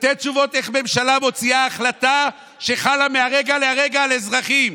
איך ממשלה מוציאה החלטה שחלה מהרגע להרגע על אזרחים.